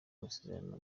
amasezerano